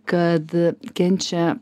kad kenčia